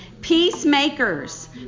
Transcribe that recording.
Peacemakers